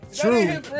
true